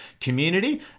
community